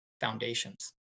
foundations